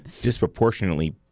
disproportionately